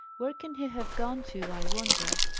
where can he have gone to, i wonder?